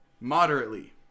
moderately